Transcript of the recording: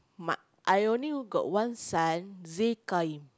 but I only got one son